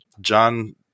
John